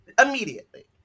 Immediately